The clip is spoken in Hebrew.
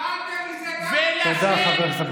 קיבלתם מזה, ולכן, תודה, חבר הכנסת אבוטבול.